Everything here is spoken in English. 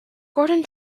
gordon